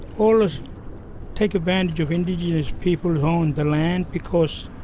always take advantage of indigenous people who own the land because